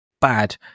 bad